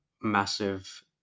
massive